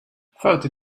forty